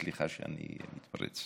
סליחה שאני מתפרץ,